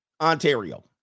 Ontario